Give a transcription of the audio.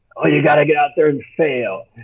oh you've got to get out there and fail.